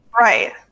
Right